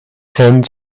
hand